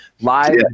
live